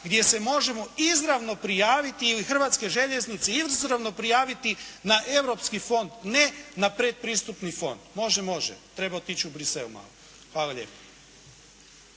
gdje se možemo izravno prijaviti ili Hrvatske željeznice izravno prijaviti na europski fond, ne na predpristupni fond. Može, može. Treba otići u Bruxelles malo. Hvala lijepa.